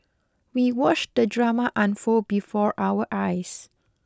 we watched the drama unfold before our eyes